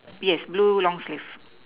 yes blue long sleeve